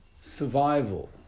survival